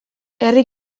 herri